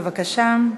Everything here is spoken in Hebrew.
בבקשה.